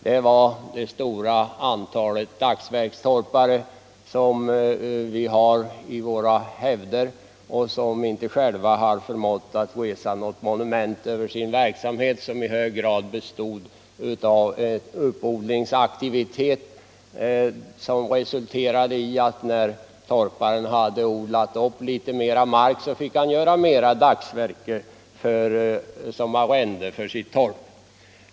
Det var det stora antalet dagsverkstorpare, som finns i våra hävder och som inte själva förmått resa något monument över sin verksamhet, som i hög grad bestod av uppodlingsaktivitet. När torparen hade odlat upp litet mer mark, fick han göra ännu fler dagsverken som arrende för sitt torp.